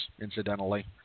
incidentally